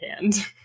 hand